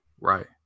Right